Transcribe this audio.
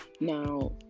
Now